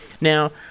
Now